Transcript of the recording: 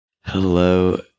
Hello